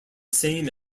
same